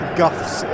guffs